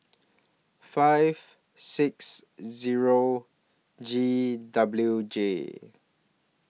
five six Zero G W J